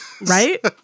right